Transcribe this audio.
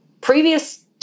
Previous